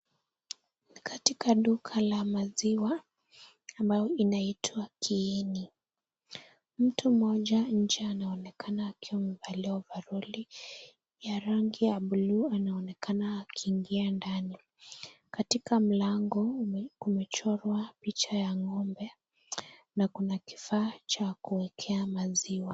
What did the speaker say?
Katika duka la maziwa ambayo inaitwa Kieni, mtu mmoja nje anaonekana akiwa amevalia ovaroli ya rangi ya buluu anaonekana akiingia ndani, katika mlango umechorwa picha ya ng'ombe na kuna kifaa cha kuwekea maziwa.